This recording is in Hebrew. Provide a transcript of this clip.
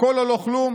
הכול או לא כלום?